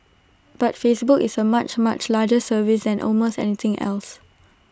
but Facebook is A much much larger service than almost anything else